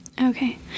Okay